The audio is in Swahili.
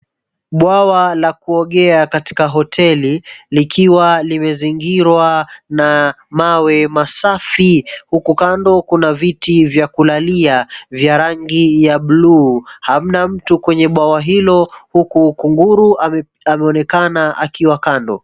Bwawa la kuogea katika hoteli likiwa limezingirwa na mawe masafi huku kando kuna vitu vya kulalia vya rangi ya bluu, hamna mtu kwenye bwawa hilo huku kunguru ameonekana akiwa kando.